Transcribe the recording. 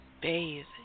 bathe